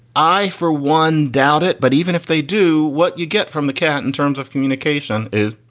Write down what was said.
i, for one, doubt it. but even if they do what you get from the cat in terms of communication is.